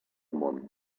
món